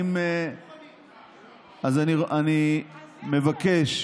אני מבקש